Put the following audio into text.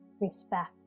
respect